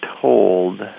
told